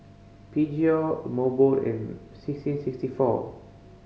Peugeot Mobot and sixteen sixty four